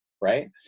right